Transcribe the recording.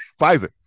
Pfizer